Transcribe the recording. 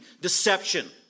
deception